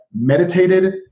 meditated